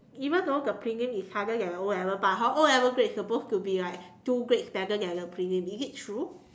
even though the prelim is harder than the o-level but hor o-level grades is supposed to be like two grades better than the prelim is it true